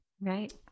Right